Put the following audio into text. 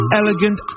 elegant